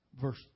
verse